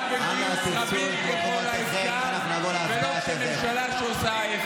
גם בגיוס רבים ככל האפשר, אנא תפסו את